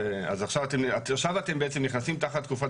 אז עכשיו אתם בעצם נכנסים תחת תקופת